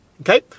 okay